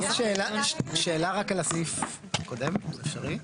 שאלה רק על הסעיף הקודם אפשרי?